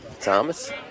Thomas